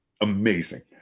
amazing